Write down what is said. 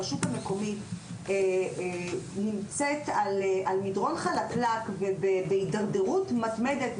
הרשות המקומית נמצאת על מדרון חלקלק ובהידרדרות מתמדת,